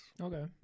Okay